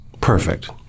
perfect